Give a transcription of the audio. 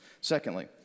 Secondly